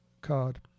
Card